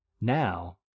now